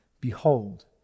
behold